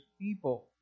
people